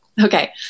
Okay